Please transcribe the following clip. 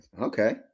Okay